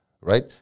Right